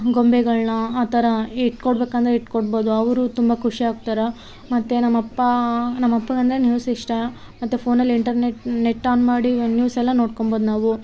ಗೊಂಬೆಗಳನ್ನ ಆ ಥರ ಇಟ್ಕೊಡಬೇಕಂದ್ರೆ ಇಟ್ಕೊಡ್ಬೋದು ಅವರು ತುಂಬ ಖುಷಿ ಆಗ್ತಾರೆ ಮತ್ತು ನಮ್ಮಅಪ್ಪಾ ನಮ್ಮಅಪ್ಪಗಂದ್ರೆ ನ್ಯೂಸ್ ಇಷ್ಟ ಮತ್ತು ಫೋನಲ್ಲಿ ಇಂಟರ್ನೆಟ್ ನೆಟ್ ಆನ್ ಮಾಡಿ ನ್ಯೂಸೆಲ್ಲಾ ನೋಡ್ಕಬೌದು ನಾವು